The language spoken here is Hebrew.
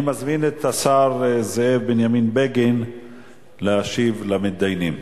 אני מזמין את השר זאב בנימין בגין להשיב למתדיינים.